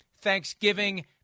Thanksgiving